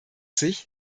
sich